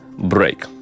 break